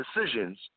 decisions